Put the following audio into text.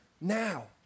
now